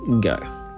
Go